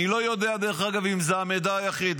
אני לא יודע, דרך אגב, אם זה המידע היחיד.